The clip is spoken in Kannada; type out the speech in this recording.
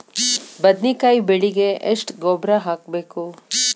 ಬದ್ನಿಕಾಯಿ ಬೆಳಿಗೆ ಎಷ್ಟ ಗೊಬ್ಬರ ಹಾಕ್ಬೇಕು?